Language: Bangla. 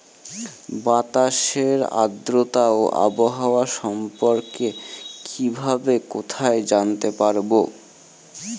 বাতাসের আর্দ্রতা ও আবহাওয়া সম্পর্কে কিভাবে কোথায় জানতে পারবো?